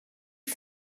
ich